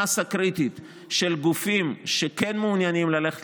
מאסה קריטית של גופים שכן מעוניינים ללכת